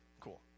cool